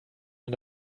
man